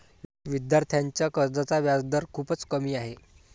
विद्यार्थ्यांच्या कर्जाचा व्याजदर खूपच कमी आहे